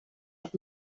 hat